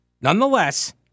Nonetheless